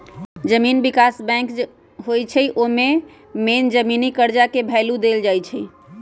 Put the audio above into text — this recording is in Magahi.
जमीन विकास बैंक जे होई छई न ओमे मेन जमीनी कर्जा के भैलु देल जाई छई